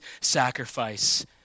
sacrifice